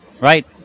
Right